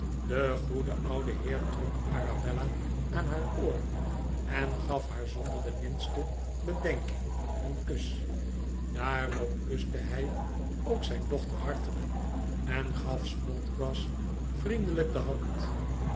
de goede oude heer trok arabella aan haar oor en gaf haar zonder de minste bed'enking een kus daarop kuste'hij ook zijn dochter hartelijk en gaf snodgrass vriendelijk de hand